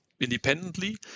independently